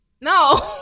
No